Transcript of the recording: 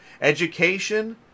Education